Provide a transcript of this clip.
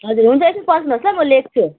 हजुर हुन्छ एकछिन पर्खिनुहोस् ल म लेख्छु